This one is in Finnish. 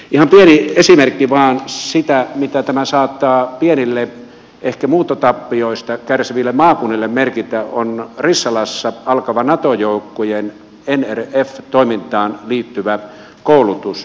ihan pieni esimerkki vain siitä mitä tämä saattaa pienille ehkä muuttotappioista kärsiville maakunnille merkitä on rissalassa alkava nato joukkojen nrf toimintaan liittyvä koulutus